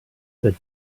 said